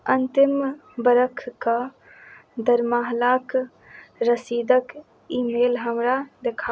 अन्तिम बरखके दर महालाक रसीदक इ मेल हमरा देखाउ